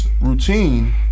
routine